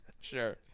Sure